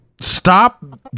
Stop